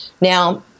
Now